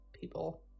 people